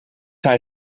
hij